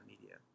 media